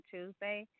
Tuesday